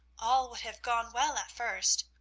all would have gone well at first.